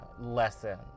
lesson